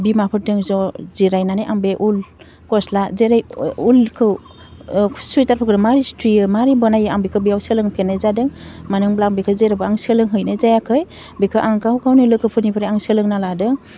बिमाफोरजों ज' जिरायनानै आं बे उल गस्ला जेरै उलखौ सुइथारफोरखौ माबोरै सुथेयो माबोरै बानायो आं बेखौ बेयाव सोलोंफेरनाय जादों मानो होनब्ला बेखौ जेनेबा आं सोलोंहैनाय जायाखै बेखौ आं गाव गावनि लोगोफोरनिफ्राय आं सोंलोंना लादों